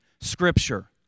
Scripture